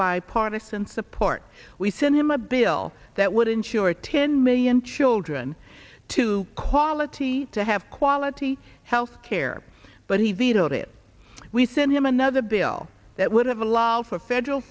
bipartisan support we sent him a bill that would insure ten million children to quality to have quality health care but he vetoed it we sent him another bill that would have allow for federal